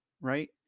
right